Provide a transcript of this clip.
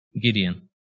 Gideon